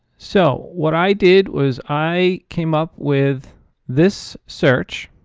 so, what i did was i came up with this search.